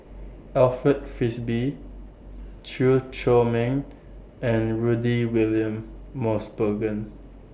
Alfred Frisby Chew Chor Meng and Rudy William Mosbergen